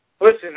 Listen